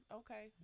okay